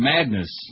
Madness